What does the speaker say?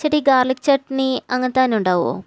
ചേട്ടാ ഈ ഗാര്ലിക് ചട്ണി അങ്ങനത്തതന്നെ ഉണ്ടാകുമോ